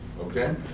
okay